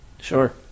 Sure